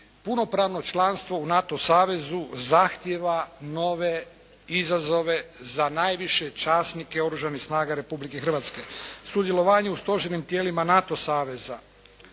punopravno članstvo u NATO savezu zahtijeva nove izazove za najviše časnike Oružanih snaga Republike Hrvatske. Sudjelovanje u stožernim tijelima NATO saveza